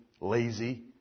lazy